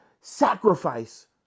sacrifice